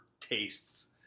tastes